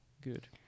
good